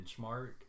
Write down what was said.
benchmark